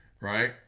right